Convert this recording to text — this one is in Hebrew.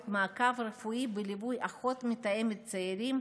מעקב רפואי בליווי אחות מתאמת צעירים,